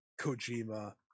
Kojima